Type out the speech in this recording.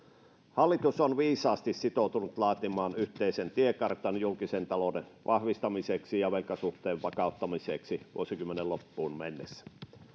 hallitus on viisaasti sitoutunut laatimaan yhteisen tiekartan julkisen talouden vahvistamiseksi ja velkasuhteen vakauttamiseksi vuosikymmenen loppuun mennessä